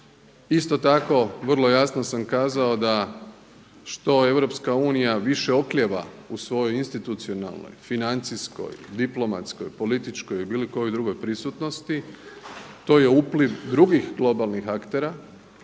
Isto tako vrlo jasno sam kazao da što EU više oklijeva u svojoj institucionalnoj, financijskoj, diplomatskoj, političkoj ili bilo kojoj drugoj prisutnosti to je upliv drugih globalnih aktera